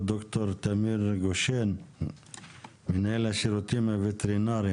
מהשבט הזה של ה- H5 נמצאים בסירקולציה מאז 1996 בכל העולם.